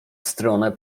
stronę